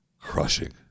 Crushing